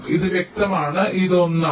ഇത് വ്യക്തമാണ് ഇത് ഒന്നാണ്